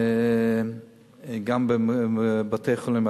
גם בבתי-חולים,